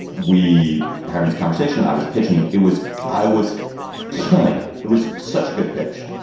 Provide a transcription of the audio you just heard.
we were having the conversation. i was pitching. it was i was killing it. it was such a good pitch.